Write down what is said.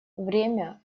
время